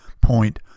point